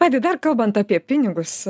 ką gi dar kalbant apie pinigus